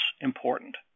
important